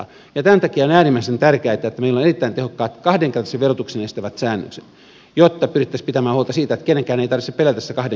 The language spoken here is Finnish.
ja tämän takia on äärimmäisen tärkeää että meillä on erittäin tehokkaat kahdenkertaisen verotuksen estävät säännökset jotta pyrittäisiin pitämään huolta siitä että kenenkään ei tarvitse pelätä sitä kahdenkertaista verotusta